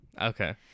Okay